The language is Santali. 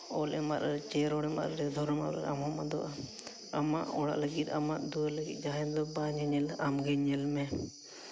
ᱚᱞ ᱮᱢ ᱟᱫ ᱞᱮᱨᱮ ᱫᱷᱚᱨᱚᱢ ᱮᱢ ᱟᱫ ᱞᱮ ᱟᱢ ᱦᱚᱸᱢ ᱟᱫᱚᱜᱼᱟ ᱟᱢᱟᱜ ᱚᱲᱟᱜ ᱞᱟᱹᱜᱤᱫ ᱟᱢᱟᱜ ᱫᱩᱣᱟᱹᱨ ᱞᱟᱹᱜᱤᱫ ᱡᱟᱦᱟᱸᱭ ᱫᱚ ᱵᱟᱭ ᱧᱮᱧᱮᱞ ᱟᱢᱜᱮ ᱧᱮᱞ ᱢᱮ